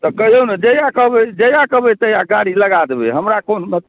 तऽ कहियौ ने जहिया कहबै जहिया कहबै तहिया गाड़ी लगा देबै हमरा कोन